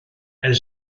elle